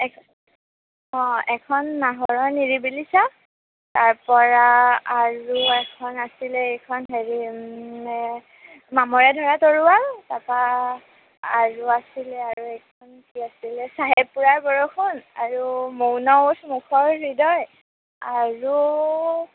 এখন অঁ এখন নাহৰৰ নিৰিবিলি ছাঁ তাৰপৰা আৰু এখন আছিলে এইখন হেৰি মামৰে ধৰা তৰোৱাল তাৰপৰা আৰু আছিলে আৰু এইখন কি আছিলে চাহেব পুৰাৰ বৰষুণ আৰু মৌন ওঁঠ মুখৰ হৃদয় আৰু